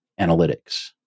analytics